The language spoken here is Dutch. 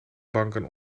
banken